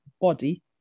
Body